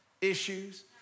issues